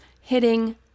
hitting